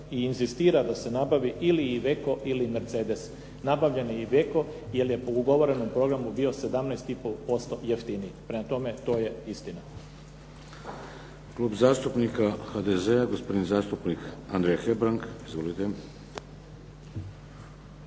i inzistira da se nabavi ili "Iveco" ili "Mercedes". Nabavljen je "Iveco" jer je po ugovorenom programu bio 17,5% jeftiniji. Prema tome, to je istina.